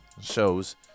shows